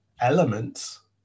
elements